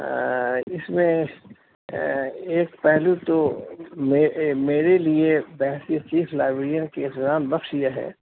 اس میں ایک پہلو تو میرے لیے بحثیت چیف لائبریرئن کے اقظام بخش یہ ہے